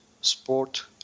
sport